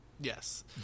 Yes